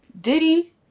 Diddy